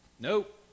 Nope